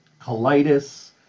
colitis